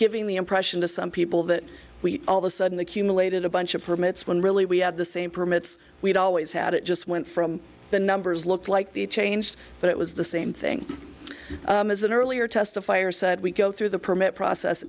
giving the impression to some people that we all the sudden accumulated a bunch of permits when really we had the same permits we always had it just went from the numbers looked like they changed but it was the same thing as an earlier testifier said we go through the permit process